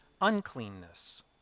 uncleanness